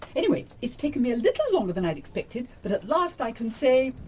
anyway, it's taken me a little longer than i'd expected but at last i can say